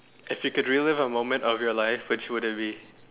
if you could relive a moment of your life which would it be